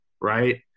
right